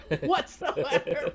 whatsoever